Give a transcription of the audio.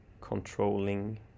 controlling